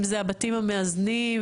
אם אלו הבתים המאזנים,